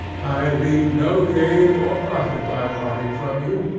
i reap no gain or profit by parting from you,